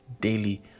Daily